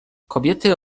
kobiety